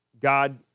God